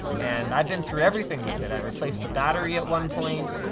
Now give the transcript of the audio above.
and i've been through everything with it i replaced the battery at one point,